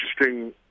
interesting